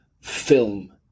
film